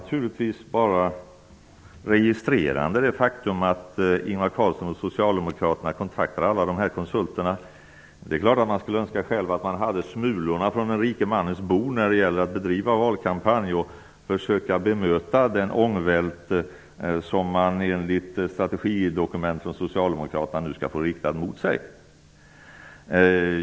Herr talman! Jag registrerar bara det faktum att Ingvar Carlsson och socialdemokraterna kontaktar alla dessa konsulter. Det är klart att man kunde önska att man hade tillgång till smulorna från den rikes bord när det gäller att bedriva valkampanj och att försöka bemöta den ångvält som man enligt strategidokument från socialdemokraterna nu skall få riktad mot sig.